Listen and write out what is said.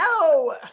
no